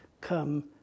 come